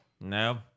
no